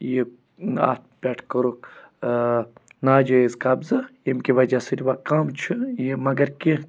یہِ اَتھ پٮ۪ٹھ کوٚرُکھ ٲں ناجٲیِز قبضہٕ ییٚمہِ کہِ وجہ سۭتۍ وۄنۍ کَم چھُ یہِ مگر کیٚنٛہہ